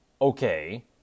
Okay